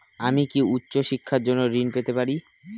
আমি কি উচ্চ শিক্ষার জন্য ঋণ পেতে পারি?